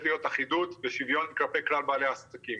להיות אחידות ושוויון כלפי כלל בעלי העסקים.